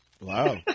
Wow